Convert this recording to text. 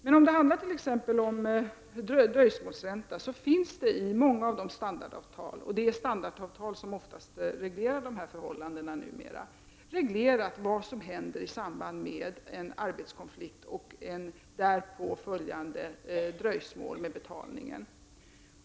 Men om det t.ex. handlar om dröjsmålsränta finns det i många av de standardavtal som numera ofta reglerar dessa förhållanden reglerat vad som händer i samband med en arbetskonflikt och ett därpå följande dröjsmål med betalning.